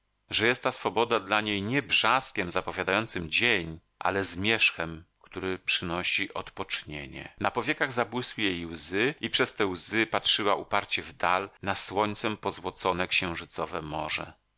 że jest ta swoboda dla niej nie brzaskiem zapowiadającym dzień ale zmierzchem który przynosi odpocznienie na powiekach zabłysły jej łzy i przez te łzy patrzyła uparcie w dal na słońcem pozłocone księżycowe morze